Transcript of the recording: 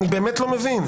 אני באמת לא מבין.